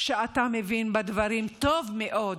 שאתה מבין בדברים טוב מאוד,